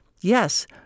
Yes